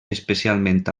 especialment